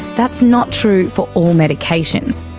that's not true for all medications.